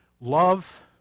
love